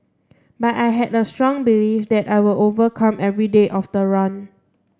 but I had a strong belief that I will overcome every day of the run